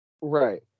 right